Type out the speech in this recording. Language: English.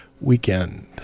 weekend